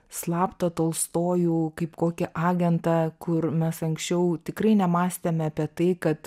slaptą tolstojų kaip kokį agentą kur mes anksčiau tikrai nemąstėme apie tai kad